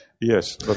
yes